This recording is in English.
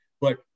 But-